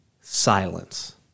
Silence